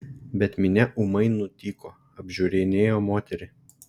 bet minia ūmai nutyko apžiūrinėjo moterį